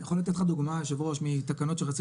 אני יכול לתת לך דוגמה יושב הראש מתקנות שרצינו